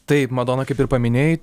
taip madona kaip ir paminėjai